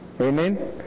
Amen